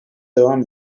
devam